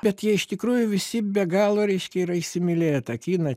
bet jie iš tikrųjų visi be galo reiškia yra įsimylėję tą kiną